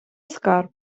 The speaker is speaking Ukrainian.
скарб